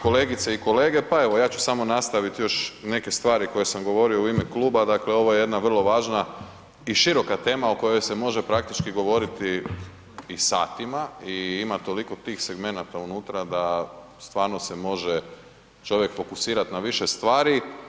Kolegice i kolege, pa evo ja ću samo nastaviti još neke stvari koje sam govorio u ime kluba, dakle ovo je jedna vrlo važna i široka tema o kojoj se može praktički govoriti i satima i ima toliko tih segmenata unutra da stvarno se može čovjek fokusirati na više stvari.